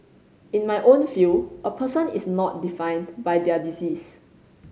in my own field a person is not defined by their disease